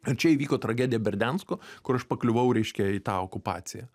ir čia įvyko tragedija berdiansko kur aš pakliuvau reiškia į tą okupaciją